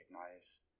recognize